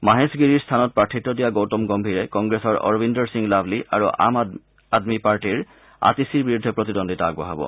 মাহেশ গিৰিৰ স্থানত প্ৰাৰ্থিত্ব দিয়া গৌতম গগ্তীৰে কংগ্ৰেছৰ অৰবিন্দৰ সিং লাভলী আৰু আম আদমী পাৰ্টিৰ আতিছিৰ বিৰুদ্ধে প্ৰতিদ্বন্দ্বিতা আগবঢ়াব